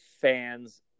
fans